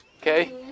okay